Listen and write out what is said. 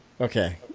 Okay